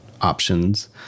options